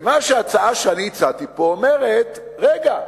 ההצעה שאני הצעתי פה אומרת: רגע,